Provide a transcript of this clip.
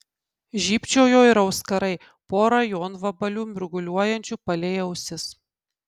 žybčiojo ir auskarai pora jonvabalių mirguliuojančių palei ausis